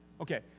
Okay